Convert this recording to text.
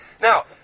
Now